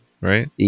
right